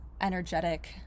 energetic